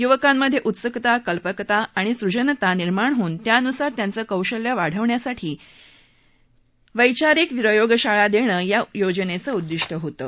युवकांमधे उत्सुकता कल्पकता आणि सृजनता निर्माण होऊन त्यानुसार त्यांचं कौशल्य वाढवण्यासाठी वैचारिक प्रयोगशाळा देणं या योजनेचं उद्विष्ट होतं